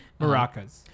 Maracas